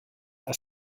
are